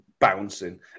bouncing